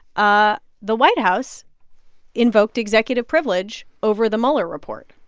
ah the white house invoked executive privilege over the mueller report.